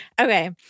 Okay